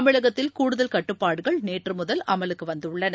தமிழகத்தில் கூடுதல் கட்டுப்பாடுகள் நேற்று முதல் அமலுக்கு வந்துள்ளன